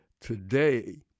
today